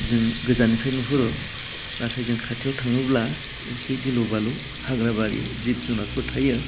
जों गोजाननिफ्राय नुहुरो नाथाय जों खाथियाव थाङोब्ला एसे गिलु बालु हाग्रा बारि जिब जुनारफोर थायो